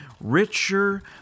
richer